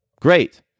Great